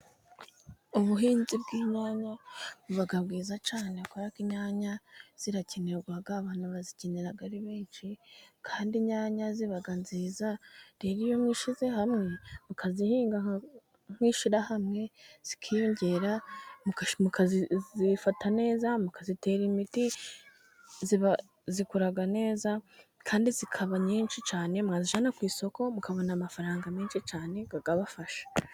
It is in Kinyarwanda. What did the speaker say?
Ubuhinzi bw'inyanya buba bwiza cyane kubera ko inyanya zirakenerwa, abantu barazikenera ari benshi, kandi inyanya ziba nziza, rero iyo mwishyize hamwe mukazihinga nk'ishyirahamwe, zikiyongera, mukazifata neza, mukazitera imiti zikura neza, kandi zikaba nyinshi cyane, mwazijyana ku isoko, mukabona amafaranga menshi cyane, akabafasha.